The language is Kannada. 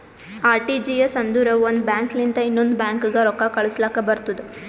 ಆರ್.ಟಿ.ಜಿ.ಎಸ್ ಅಂದುರ್ ಒಂದ್ ಬ್ಯಾಂಕ್ ಲಿಂತ ಇನ್ನೊಂದ್ ಬ್ಯಾಂಕ್ಗ ರೊಕ್ಕಾ ಕಳುಸ್ಲಾಕ್ ಬರ್ತುದ್